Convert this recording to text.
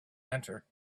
enter